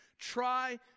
Try